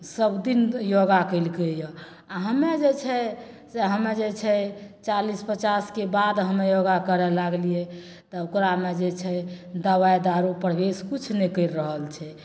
सब दिन योगा कैलकैया आ हमे जे छै से हमे जे छै चालिस पचासके बाद हमे योगा करै लागलियै तऽ ओकरामे जे छै दवाइ दारु किछु नहि प्रबेश करि रहल छै